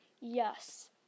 Yes